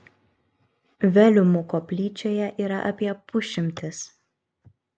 veliumų koplyčioje yra apie pusšimtis